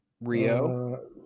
Rio